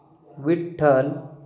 Vitthal